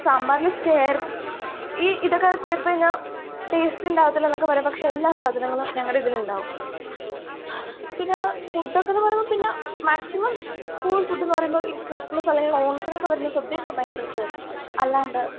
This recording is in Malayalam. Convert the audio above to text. സാമ്പാറിൽ ചേർത്ത് ഈ ഇതൊക്കെ ചേർത്തു കഴിഞ്ഞാൽ ടേസ്റ്റ് ഉണ്ടാകത്തില്ല എന്നൊക്ക പറയാം പക്ഷേ എല്ലാ സാധനങ്ങളും ഞങ്ങളുടെ ഇതിലുണ്ടാവും പിന്നെ ഫുഡൊക്കെയെന്നു പറയുമ്പോൾ പിന്നെ മാക്സിമം സ്കൂൾ ഫുഡെന്നു പറയുമ്പോൾ ഈ ക്രിസ്മസ് അല്ലെങ്കിൽ ഓണത്തിനൊക്കെ വരുന്ന സദ്യയൊക്കെ ഭയങ്കര രസമായിരിക്കും അല്ലാണ്ട്